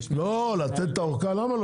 לא, לתת את האורכה למה?